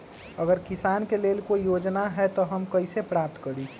अगर किसान के लेल कोई योजना है त हम कईसे प्राप्त करी?